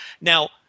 Now